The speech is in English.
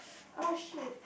ah shit